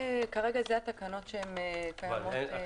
כרגע אלה התקנות שקיימות.